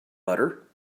butter